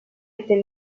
était